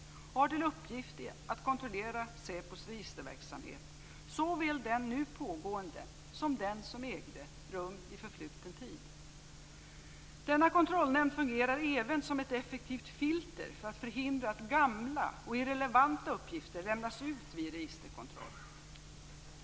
Den har till uppgift att kontrollera SÄPO:s registerverksamhet, såväl den nu pågående som den som ägde rum i förfluten tid. Denna kontrollnämnd fungerar även som ett effektivt filter för att förhindra att gamla och irrelevanta uppgifter lämnas ut vid registerkontroll.